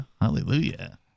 Hallelujah